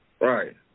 Right